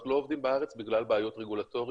אנחנו לא עובדים בארץ בגלל בעיות רגולטוריות